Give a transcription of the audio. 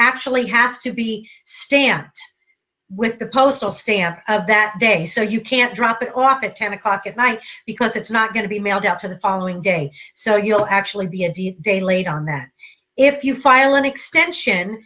actually has to be stamped with the postal stamp that day so you can't drop it off at ten o'clock at night because it's not going to be mailed out to the following day so you'll actually be a day late on that if you file an extension